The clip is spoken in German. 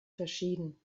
verschieden